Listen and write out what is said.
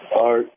Art